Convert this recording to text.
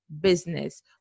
business